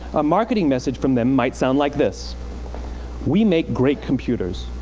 a marketing message from them might sound like this we make great computers.